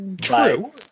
True